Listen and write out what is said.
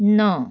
नौ